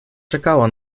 czekała